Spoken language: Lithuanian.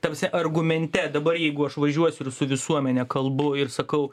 ta prasme argumente dabar jeigu aš važiuosiu ir su visuomene kalbu ir sakau